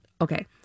Okay